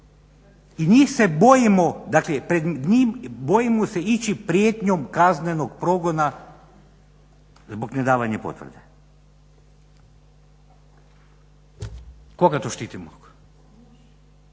i njih se bojimo. Dakle pred njim bojimo se ići prijetnjom kaznenog progona zbog nedavanja potvrde. Koga to štitimo?